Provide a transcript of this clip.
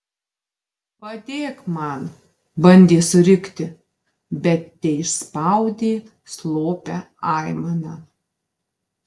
padėk man bandė surikti bet teišspaudė slopią aimaną